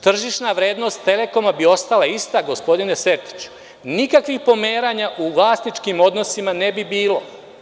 Tržišna vrednost „Telekoma“ bi ostala ista gospodine Sertiću, nikakvih pomeranja u vlasničkim odnosima ne bi bilo.